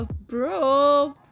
bro